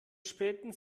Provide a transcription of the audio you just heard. späten